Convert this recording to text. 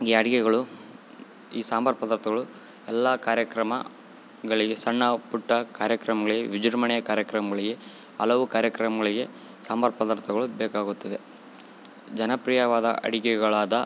ಈ ಅಡಿಗೆಗಳು ಈ ಸಾಂಬಾರು ಪದಾರ್ಥಗಳು ಎಲ್ಲ ಕಾರ್ಯಕ್ರಮಗಳಿಗೆ ಸಣ್ಣ ಪುಟ್ಟ ಕಾರ್ಯಕ್ರಮಗಳಿಗೆ ವಿಜೃಂಭಣೆ ಕಾರ್ಯಕ್ರಮಗಳಿಗೆ ಹಲವು ಕಾರ್ಯಕ್ರಮಗಳಿಗೆ ಸಾಂಬಾರು ಪದಾರ್ಥಗಳು ಬೇಕಾಗುತ್ತದೆ ಜನಪ್ರಿಯವಾದ ಅಡಿಗೆಗಳಾದ